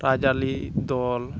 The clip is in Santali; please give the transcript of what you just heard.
ᱨᱟᱡᱽ ᱟᱹᱨᱤ ᱫᱚᱞ